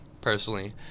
personally